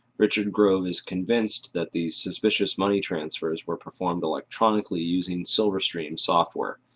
richard grove is convinced that these suspicious money transfers were performed electronically using silverstream software,